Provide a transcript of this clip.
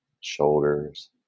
shoulders